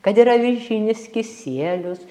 kad ir avižinis kisielius